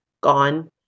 gone